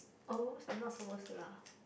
oh I'm not supposed to laugh